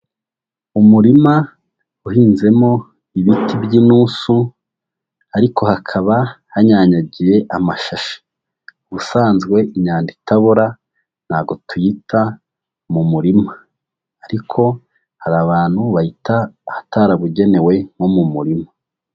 Umurima uhinzemo ibiti by'intusu ariko hakaba hanyanyagiye amashashi, ubusanzwe inyanda itabora ntabwo tuyita mu murima ariko hari abantu bayihita ahatarabugenewe nko mu murima.